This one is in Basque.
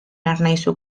ernaizu